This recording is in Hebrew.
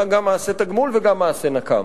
היה גם מעשה תגמול וגם מעשה נקם.